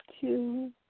two